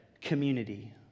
community